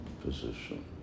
position